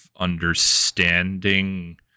understanding